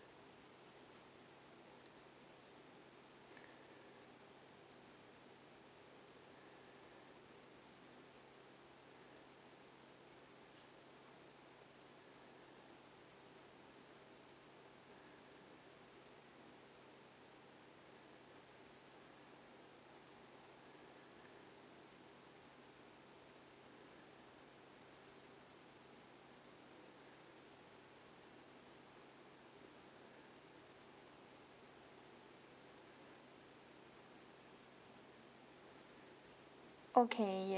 okay yes